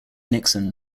nixon